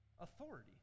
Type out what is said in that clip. authority